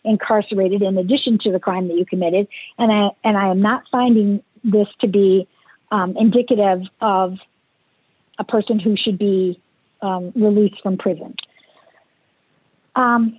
incarcerated in addition to the crime that you committed and i and i'm not finding this to be indicative of a person who should be released from prison